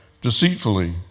deceitfully